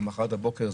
למחרת בבוקר,